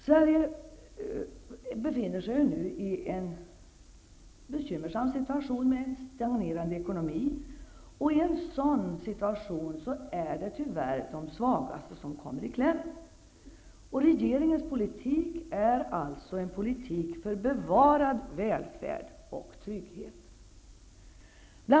Sverige befinner sig nu i en bekymmersam situation med en stagnerande ekonomi, och i ett sådant läge är det tyvärr de svagaste som kommer i kläm. Regeringens politik är alltså en politik för bevarad välfärd och trygghet.